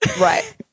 Right